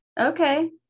okay